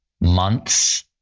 months